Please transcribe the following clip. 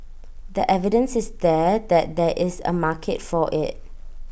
the evidence is there that there is A market for IT